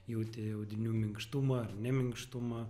jauti audinių minkštumą ar ne minkštumą